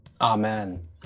Amen